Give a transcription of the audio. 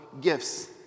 gifts